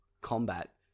combat